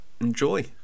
enjoy